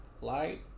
Light